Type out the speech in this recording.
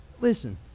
Listen